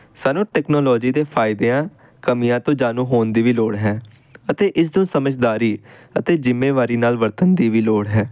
ਸਾਨੂੰ ਟੈਕਨੋਲੋਜੀ ਦੇ ਫਾਇਦਿਆਂ ਕਮੀਆਂ ਤੋਂ ਜਾਣੂ ਹੋਣ ਦੀ ਵੀ ਲੋੜ ਹੈ ਅਤੇ ਇਸ ਨੂੰ ਸਮਝਦਾਰੀ ਅਤੇ ਜ਼ਿੰਮੇਵਾਰੀ ਨਾਲ ਵਰਤਣ ਦੀ ਵੀ ਲੋੜ ਹੈ